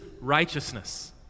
righteousness